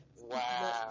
Wow